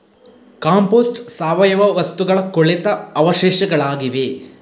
compost ಸಾವಯವ ವಸ್ತುಗಳ ಕೊಳೆತ ಅವಶೇಷಗಳಾಗಿವೆ